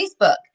Facebook